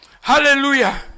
Hallelujah